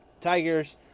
Tigers